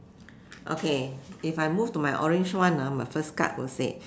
okay if I move to my orange one ah my first card will say